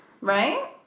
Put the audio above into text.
Right